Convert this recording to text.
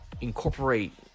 incorporate